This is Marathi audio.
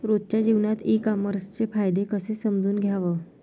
रोजच्या जीवनात ई कामर्सचे फायदे कसे समजून घ्याव?